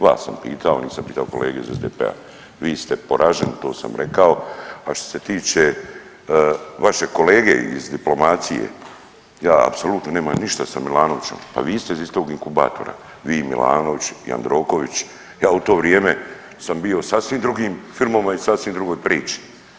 Vas sam pitao, nisam pitao kolege iz SDP-a, vi ste poraženi, to sam rekao, a što se tiče vašeg kolege iz diplomacije, ja apsolutno nemam ništa sa Milanovićem, pa vi ste iz istog inkubatora, vi i Milanović, Jandroković, ja u to vrijeme sam bio sasvim drugim ... i sasvim drugoj priči.